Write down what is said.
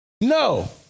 No